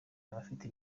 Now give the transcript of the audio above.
abafite